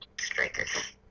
strikers